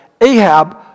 Ahab